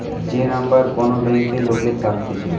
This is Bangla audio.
যে নম্বর কোন ব্যাংকে লোকের থাকতেছে